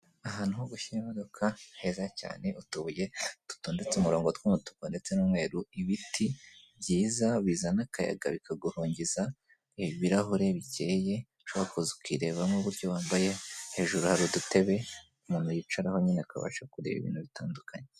Ahantu ho gushyira imodoka heza cyane, utubuye dutondetse umurongo tw'umutuku ndetse n'umweru, ibiti byiza bizana akayaga bikaguhungiza, ibirahure bikeye ushobora kuza ukirebamo uburyo wambaye, hejuru hari udutebe umuntu yicaraho nyine akabasha kureba ibintu bitandukanye.